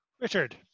Richard